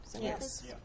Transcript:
Yes